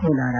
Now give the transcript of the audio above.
Kolar